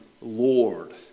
Lord